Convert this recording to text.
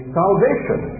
salvation